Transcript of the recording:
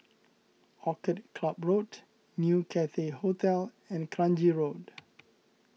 Orchid Club Road New Cathay Hotel and Kranji Road